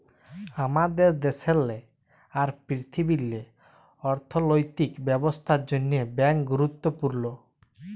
আমাদের দ্যাশেল্লে আর পীরথিবীল্লে অথ্থলৈতিক ব্যবস্থার জ্যনহে ব্যাংক গুরুত্তপুর্ল